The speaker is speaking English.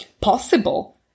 possible